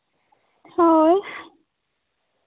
ᱦᱳᱭ